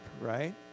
right